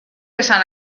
esan